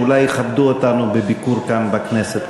אולי שיכבדו אותנו בביקור כאן בכנסת.